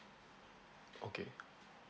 okay